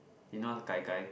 you know what's gai-gai